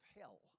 hell